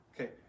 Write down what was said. Okay